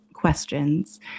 Questions